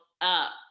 up